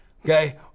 Okay